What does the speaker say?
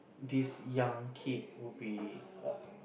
this young kid would be err